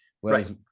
whereas